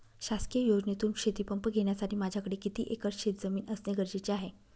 शासकीय योजनेतून शेतीपंप घेण्यासाठी माझ्याकडे किती एकर शेतजमीन असणे गरजेचे आहे?